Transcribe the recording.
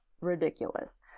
ridiculous